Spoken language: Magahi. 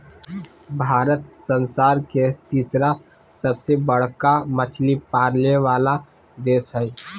भारत संसार के तिसरा सबसे बडका मछली पाले वाला देश हइ